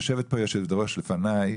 יושבת פה היושבת-ראש לפניי,